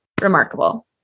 remarkable